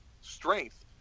strength